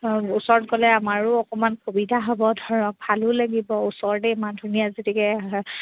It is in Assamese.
অঁ ওচৰত গ'লে আমাৰো অকণমান সুবিধা হ'ব ধৰক ভালো লাগিব ওচৰতে ইমান ধুনীয়া গতিকে